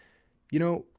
you know,